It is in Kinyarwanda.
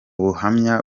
buhamya